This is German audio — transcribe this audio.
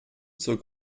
zur